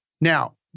Now